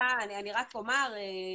אני רק אומר,